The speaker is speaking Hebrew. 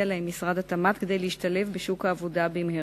להם משרד התמ"ת כדי להשתלב בשוק העבודה במהרה.